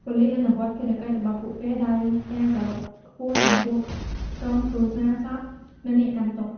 ប៉ូលីសអនុវត្តភារកិច្ចរបស់ពួកគេដោយការគោរពខ្ពស់ចំពោះក្រុមគ្រួសារសព និងអ្នកកាន់ទុក្ខ។